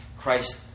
Christ